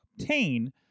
obtain